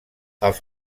els